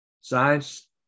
Science